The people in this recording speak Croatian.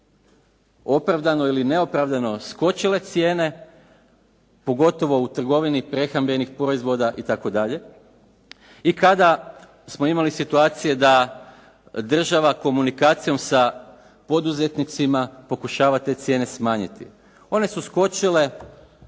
opravdano ili neopravdano skočile cijene pogotovo u trgovini prehrambenih proizvoda itd. i kada smo imali situacije da država komunikacijom sa poduzetnicima pokušava te cijene smanjiti. One su skočile